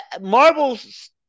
Marvel's